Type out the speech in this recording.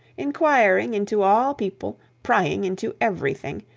inquiring into all people, prying into everything,